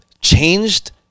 changed